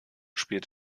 spielt